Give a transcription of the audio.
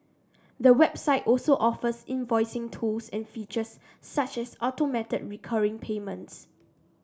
the website also offers invoicing tools and features such as automated recurring payments